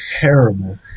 terrible